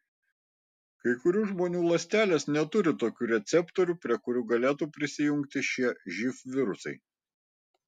kai kurių žmonių ląstelės neturi tokių receptorių prie kurių galėtų prisijungti šie živ virusai